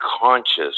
conscious